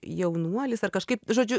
jaunuolis ar kažkaip žodžiu